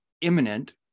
imminent